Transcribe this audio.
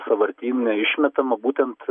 sąvartyne išmetama būtent